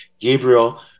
Gabriel